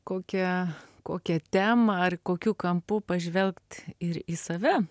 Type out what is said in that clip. kokią kokią temą ar kokiu kampu pažvelgt ir į save